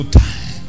time